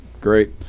Great